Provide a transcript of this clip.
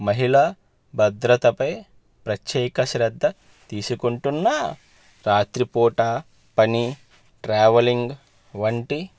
మహిళా భద్రతపై ప్రత్యేక శ్రద్ధ తీసుకుంటున్నా రాత్రిపూట పని ట్రావెలింగ్ వంటి